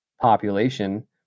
population